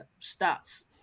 stats